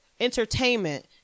entertainment